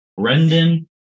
Brendan